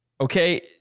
okay